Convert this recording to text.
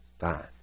fine